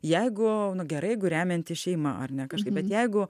jeigu gerai jeigu remianti šeima ar ne kažkaip bet jeigu